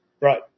Right